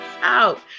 out